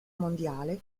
mondiale